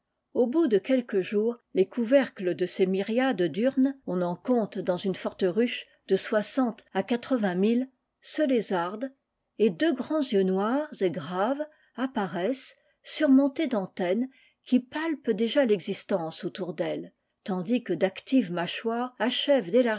au bout de quelques jours les couvercles de ces myriades d'urnes on en compte dans une iorte ruche de soixante à quatre vingt mille se lézardent et deux grands yeux noirs et graves apparaissent surmontés d'antennes qui palpent déjà l'existence autour d'elles tandis que d'activés mâchoires achèvent